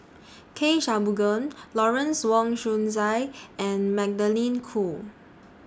K Shanmugam Lawrence Wong Shyun Tsai and Magdalene Khoo